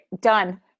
done